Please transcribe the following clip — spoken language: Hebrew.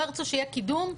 לא ירצו שיהיה קידום,